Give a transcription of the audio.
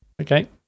Okay